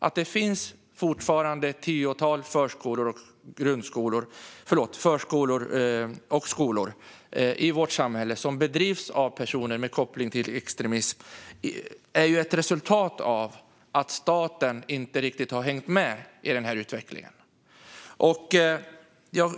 Att det fortfarande finns ett tiotal förskolor och skolor i vårt samhälle som drivs av personer med koppling till extremism är ju ett resultat av att staten inte riktigt har hängt med i utvecklingen.